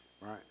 right